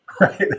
right